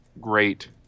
great